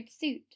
suit